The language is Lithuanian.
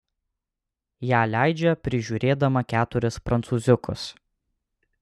ją leidžia prižiūrėdama keturis prancūziukus